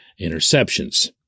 interceptions